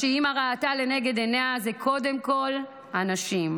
מה שאימא ראתה לנגד עיניה הוא קודם כול אנשים,